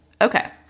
Okay